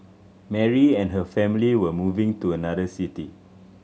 Mary and her family were moving to another city